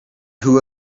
who